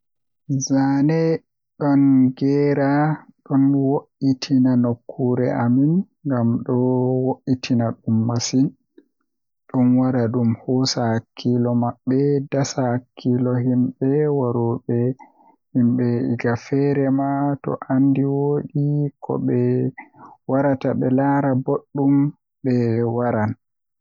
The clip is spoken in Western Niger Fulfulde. Zaane don geera don woittina nokkure amin ngam don woitina dum masin, don wada dum hoosa hakkilo mabbe dasa hakkilo himbe waroobe himbe egaa feere ma to andi woodi kobe warata be laara boddum be waran.